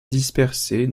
dispersés